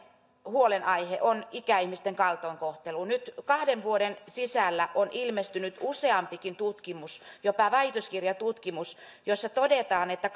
huolenaihe on ikäihmisten kaltoinkohtelu nyt kahden vuoden sisällä on ilmestynyt useampikin tutkimus jopa väitöskirjatutkimus joissa todetaan että